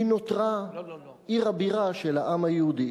היא נותרה עיר הבירה של העם היהודי